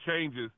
changes